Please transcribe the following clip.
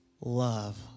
love